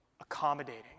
accommodating